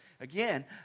Again